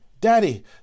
daddy